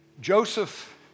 Joseph